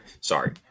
Sorry